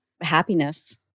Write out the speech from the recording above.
Happiness